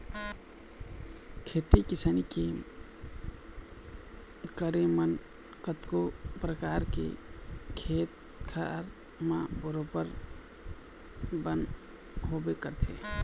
खेती किसानी के करे म कतको परकार के खेत खार म बरोबर बन होबे करथे